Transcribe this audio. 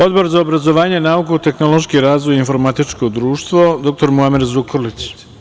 Odbor za obrazovanje, nauku, tehnološki razvoj i informatičko društvo, dr Muamer Zukorlić.